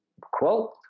quote